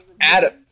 Adam